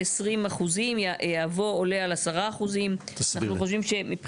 20%" יבוא: "עולה על 10%". אנחנו חושבים שזהו קו